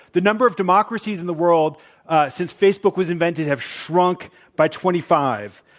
the number of democracies in the world since facebook was invented have shrunk by twenty five.